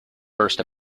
first